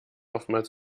oftmals